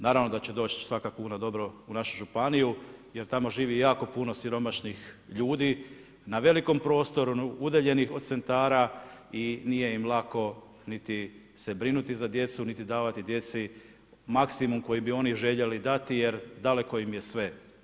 Naravno da će doći svaka kuna dobro u našu županiju jer tamo živi jako puno siromašnih ljudi na velikom prostoru, udaljenih od centara i nije im lako niti se brinuti za djecu niti davati djeci maksimum koji bi oni željeli dati jer daleko im je sve.